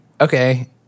okay